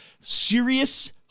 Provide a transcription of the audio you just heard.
serious